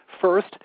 First